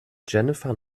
jennifer